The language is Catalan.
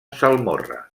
salmorra